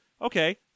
Okay